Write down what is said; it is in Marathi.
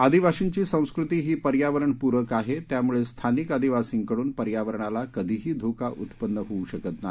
आदिवासींची संस्कृती ही पर्यावरण पूरक आहे त्यामुळे स्थानिक आदिवासीकडून पर्यावरणाला कधीही धोका उत्पन्न होऊ शकत नाही